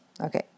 Okay